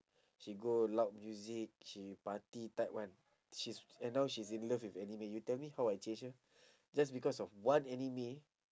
she go loud music she party type [one] she's and now she's in love with anime you tell me how I change her just because of one anime